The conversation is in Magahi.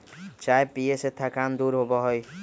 चाय पीये से थकान दूर होबा हई